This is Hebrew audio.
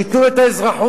שייתנו לו את האזרחות.